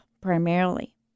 primarily